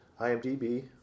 IMDB